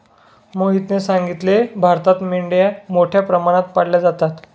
मोहितने सांगितले, भारतात मेंढ्या मोठ्या प्रमाणात पाळल्या जातात